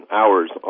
hours